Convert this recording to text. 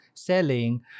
Selling